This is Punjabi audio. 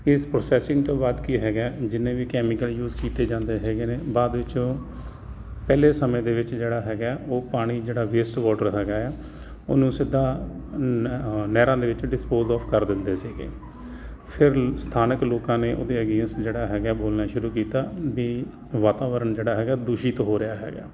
ਇਸ ਪ੍ਰੋਸੈਸਿੰਗ ਤੋਂ ਬਾਅਦ ਕੀ ਹੈਗਾ ਜਿੰਨੇ ਵੀ ਕੈਮੀਕਲ ਯੂਜ ਕੀਤੇ ਜਾਂਦੇ ਹੈਗੇ ਨੇ ਬਾਅਦ ਵਿੱਚੋਂ ਪਹਿਲੇ ਸਮੇਂ ਦੇ ਵਿੱਚ ਜਿਹੜਾ ਹੈਗਾ ਉਹ ਪਾਣੀ ਜਿਹੜਾ ਵੇਸਟ ਵਾਟਰ ਹੈਗਾ ਉਹਨੂੰ ਸਿੱਧਾ ਨਹਿਰਾਂ ਦੇ ਵਿੱਚ ਡਿਸਪੋਜ ਆਫ ਕਰ ਦਿੰਦੇ ਸੀਗੇ ਫਿਰ ਸਥਾਨਕ ਲੋਕਾਂ ਨੇ ਉਹਦੇ ਅਗੇਨਸ ਜਿਹੜਾ ਹੈਗਾ ਬੋਲਣਾ ਸ਼ੁਰੂ ਕੀਤਾ ਵੀ ਵਾਤਾਵਰਨ ਜਿਹੜਾ ਹੈਗਾ ਦੂਸ਼ਿਤ ਹੋ ਰਿਹਾ ਹੈਗਾ